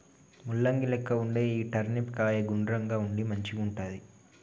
ముల్లంగి లెక్క వుండే ఈ టర్నిప్ కాయ గుండ్రంగా ఉండి మంచిగుంటది